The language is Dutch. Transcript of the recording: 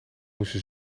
moesten